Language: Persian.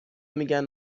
میگن